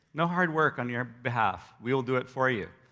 no hard work on your behalf. we'll do it for you,